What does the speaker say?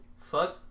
fuck